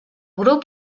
grup